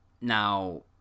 Now